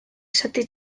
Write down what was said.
zati